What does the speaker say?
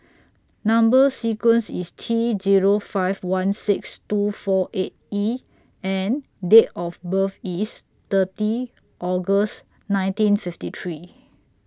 Number sequence IS T Zero five one six two four eight E and Date of birth IS thirty August nineteen fifty three